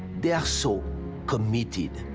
they're so committed,